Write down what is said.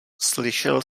slyšel